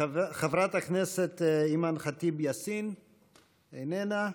חברת הכנסת אימאן ח'טיב יאסין, איננה.